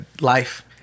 life